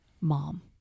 mom